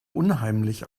unheimlich